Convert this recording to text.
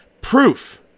Proof